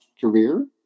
career